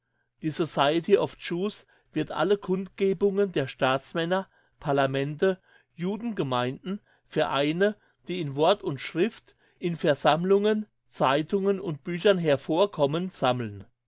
die society of jews wird alle kundgebungen der staatsmänner parlamente judengemeinden vereine die in wort und schrift in versammlungen zeitungen und büchern hervorkommen sammeln